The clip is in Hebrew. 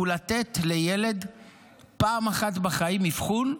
זה לתת לילד פעם אחת בחיים אבחון,